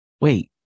Wait